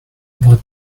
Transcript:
what